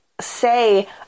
say